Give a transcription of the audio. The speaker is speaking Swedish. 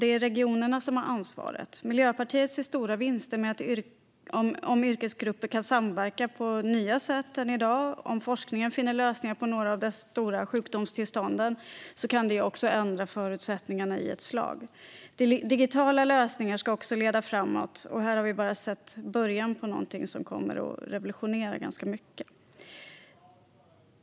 Det är regionerna som har ansvaret. Miljöpartiet ser möjligheter till stora vinster om yrkesgrupper kan samverka på nya sätt. Om forskningen finner lösningar på några av de stora sjukdomstillstånden kan det också ändra förutsättningarna i ett slag. Digitala lösningar ska också leda framåt. Här har vi bara sett början på något som kommer att revolutionera ganska mycket.